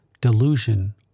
delusion